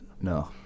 No